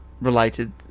related